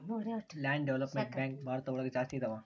land development bank Bharat ಒಳಗ ಜಾಸ್ತಿ ಇದಾವ